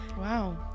Wow